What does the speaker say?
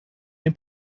den